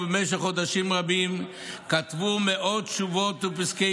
ובמשך חודשים רבים כתבו מאות תשובות ופסקי